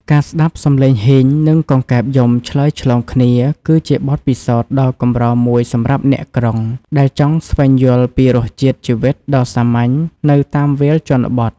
ការស្ដាប់សំឡេងហ៊ីង និងកង្កែបយំឆ្លើយឆ្លងគ្នា គឺជាបទពិសោធន៍ដ៏កម្រមួយសម្រាប់អ្នកក្រុង ដែលចង់ស្វែងយល់ពីរសជាតិជីវិតដ៏សាមញ្ញនៅតាមវាលជនបទ។